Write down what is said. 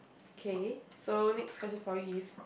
okay so next question for you is